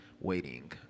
waiting